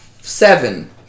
seven